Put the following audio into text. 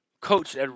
coached